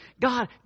God